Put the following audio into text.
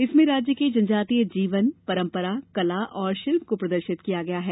इसमें राज्य के जनजातीय जीवन परंपरा कला और शिल्प को प्रदर्शित किया गया है